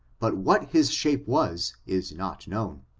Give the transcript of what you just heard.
but what his shape was is not known.